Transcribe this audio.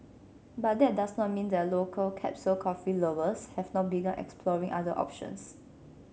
but that does not mean that local capsule coffee lovers have not begun exploring other options